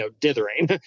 dithering